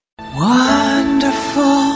Wonderful